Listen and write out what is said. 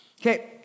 okay